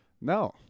No